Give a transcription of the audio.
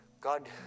God